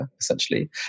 essentially